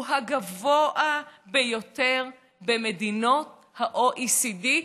הוא הגבוה ביותר במדינות ה-OECD,